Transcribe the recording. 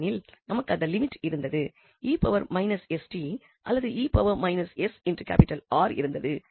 ஏனெனில் நமக்கு அந்த லிமிட் இருந்தது 𝑒−𝑠𝑡அல்லது 𝑒−𝑠𝑅 இருந்தது